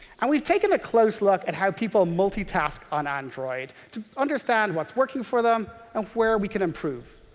and we've taken a close look at how people multitask on android, to understand what's working for them and where we can improve.